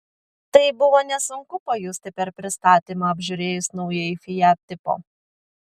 tai buvo nesunku pajusti per pristatymą apžiūrėjus naująjį fiat tipo